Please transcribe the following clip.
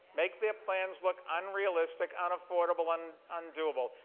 make their plans look unrealistic, unaffordable and undoable.